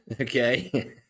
Okay